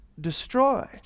destroy